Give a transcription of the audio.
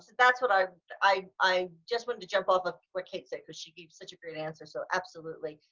that's what i i i just wanted to jump off of what kate said because she gave such a great answer. so absolutely,